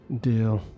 Deal